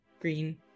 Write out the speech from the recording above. green